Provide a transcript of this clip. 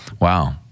wow